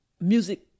music